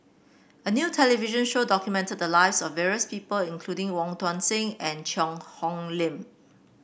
a new television show documented the lives of various people including Wong Tuang Seng and Cheang Hong Lim